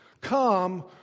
come